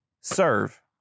serve